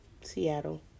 Seattle